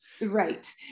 right